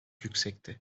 yüksekti